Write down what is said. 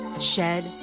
shed